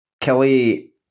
Kelly